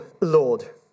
Lord